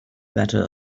better